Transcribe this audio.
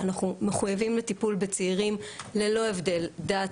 אנחנו מחויבים לטיפול בצעירים ללא הבדל דת,